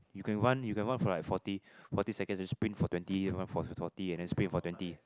you can run you can run for like forty forty seconds then sprint for twenty forty then sprint for twenty